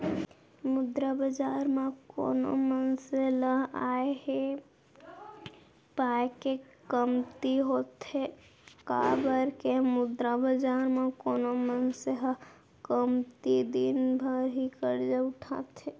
मुद्रा बजार म कोनो मनसे ल आय ऐ पाय के कमती होथे काबर के मुद्रा बजार म कोनो मनसे ह कमती दिन बर ही करजा उठाथे